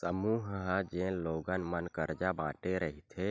समूह ह जेन लोगन मन करजा बांटे रहिथे